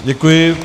Děkuji.